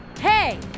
Hey